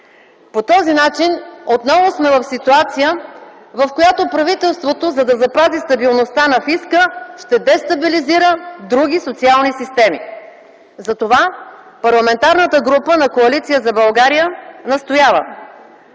По този начин отново сме в ситуация, в която правителството, за да запази стабилността на фиска, ще дестабилизира други социални системи. Затова Парламентарната група на Коалиция за България настоява: